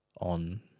on